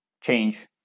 change